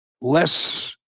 less